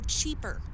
cheaper